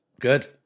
good